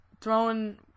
throwing